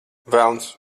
velns